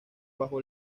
bajo